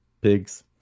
pigs